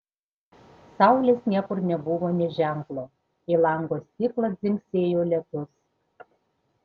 saulės niekur nebuvo nė ženklo į lango stiklą dzingsėjo lietus